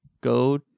go